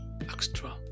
extra